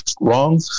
wrong